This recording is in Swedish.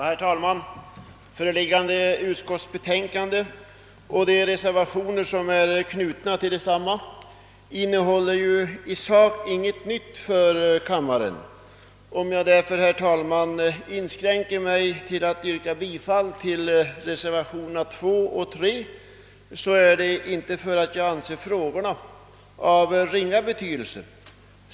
Herr talman! Föreliggande utskotts betänkande och de reservationer som är knutna till detsamma innehåller i sak inget nytt för kammaren. Om jag därför, herr talman, inskränker mig till att yrka bifall till reservationerna II och II är det inte därför att jag anser frågorna vara av ringa betydelse.